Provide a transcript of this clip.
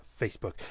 facebook